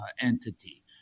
entity